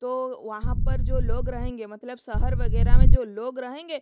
तो वहाँ पर जो लोग रहेंगे मतलब शहर वग़ैरह में जो लोग रहेंगे